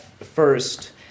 first